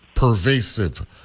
pervasive